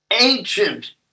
ancient